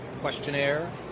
questionnaire